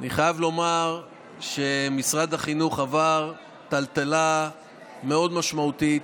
אני חייב לומר שמשרד החינוך עבר טלטלה מאוד משמעותית,